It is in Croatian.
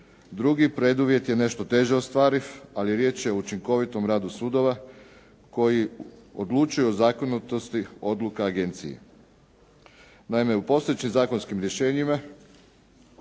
Drugi preduvjet je nešto teže ostvariv, ali riječ je o učinkovitom radu sudova koji odlučuje o zakonitosti odluka agencije. Naime u postojećim zakonskim rješenjima,